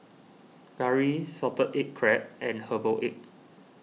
Curry Salted Egg Crab and Herbal Egg